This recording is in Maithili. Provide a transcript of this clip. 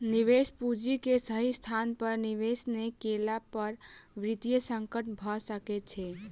निवेश पूंजी के सही स्थान पर निवेश नै केला पर वित्तीय संकट भ सकै छै